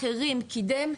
הרים קידם.